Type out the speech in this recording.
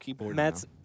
Matt's